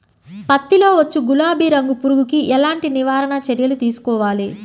పత్తిలో వచ్చు గులాబీ రంగు పురుగుకి ఎలాంటి నివారణ చర్యలు తీసుకోవాలి?